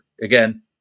Again